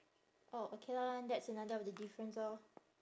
orh okay lor then that's another of the difference orh